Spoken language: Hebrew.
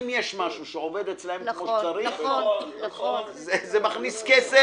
אם יש משהו שעובד אצלן כפי שצריך זה האכיפה כי זה מכניס כסף.